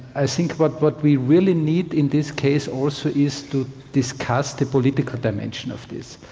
i think what but we really need in this case also is to discuss the political dimension of this.